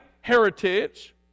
heritage